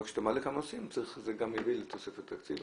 אבל כשאתה מעלה כמה נושאים זה גם יביא לתוספת תקציב.